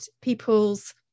peoples